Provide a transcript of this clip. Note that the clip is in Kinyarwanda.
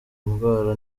indwara